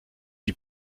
die